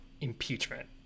impeachment